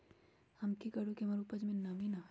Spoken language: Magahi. हम की करू की हमर उपज में नमी न होए?